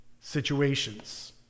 situations